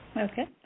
Okay